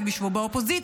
הם ישבו באופוזיציה.